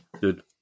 Good